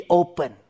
open